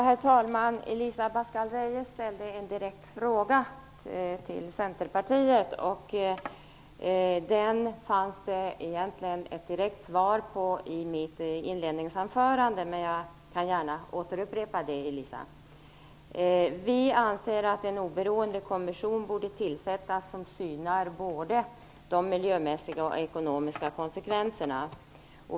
Herr talman! Elisa Abascal Reyes ställde en direkt fråga till Centerpartiet. Den fanns det egentligen ett direkt svar på i mitt inledningsanförande. Men jag kan gärna återupprepa det, Elisa Abascal Reyes. Vi anser att en oberoende kommission borde tillsättas som synar både de miljömässiga och de ekonomiska konsekvenserna.